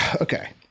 Okay